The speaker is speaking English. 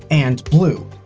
and blue.